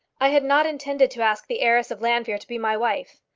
i had not intended to ask the heiress of llanfeare to be my wife.